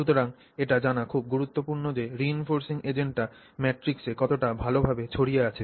সুতরাং এটি জানা খুব গুরুত্বপূর্ণ যে রিইনফোরসিং এজেন্টটি ম্যাট্রিক্সে কতটা ভাল ভাবে ছড়িয়ে আছে